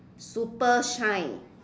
super shine